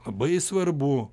labai svarbu